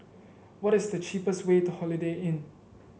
what is the cheapest way to Holiday Inn